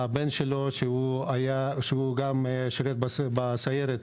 הבן שלו משרת בסיירת